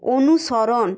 অনুসরণ